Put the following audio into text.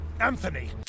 Anthony